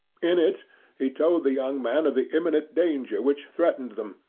in it he told the young man of the imminent danger which threatened them,